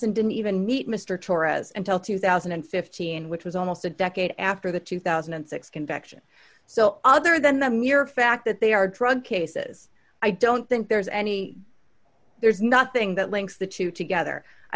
hansen didn't even meet mr torres and till two thousand and fifteen which was almost a decade after the two thousand and six convection so other than the mere fact that they are drug cases i don't think there's any there's nothing that links the two together i